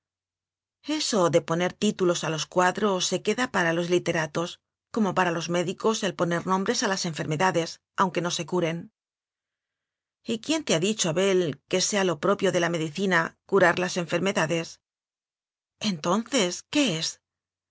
eso de poner títulos a los cuadros se queda para los literatos como para los mé dicos el poner nombres a las enfermedades aunque no se curen y quién te ha dicho abel que sea lo propio de la medicina curar las enfermedades entonces qué es